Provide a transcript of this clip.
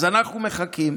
אז אנחנו מחכים